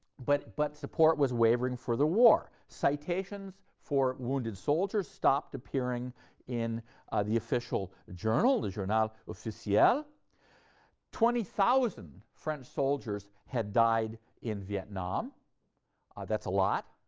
but but support was wavering for the war. citations for wounded soldiers stopped appearing in the official journal, the journal officiel. yeah twenty thousand french soldiers had died in vietnam that's a lot